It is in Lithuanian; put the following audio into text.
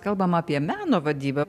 kalbam apie meno vadybą